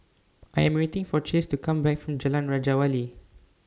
I Am waiting For Chace to Come Back from Jalan Raja Wali